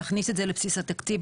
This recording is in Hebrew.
להכניס את זה לבסיס התקציב,